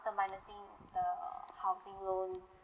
minusing the housing loan